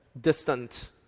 distant